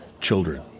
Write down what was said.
children